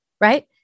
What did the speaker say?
right